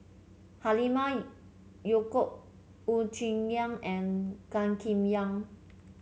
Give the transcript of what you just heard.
Halimah Yacob Wu Tsai Yen and Gan Kim Yong